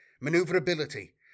maneuverability